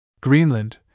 Greenland